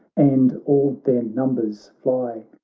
and all their numbers fly.